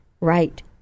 right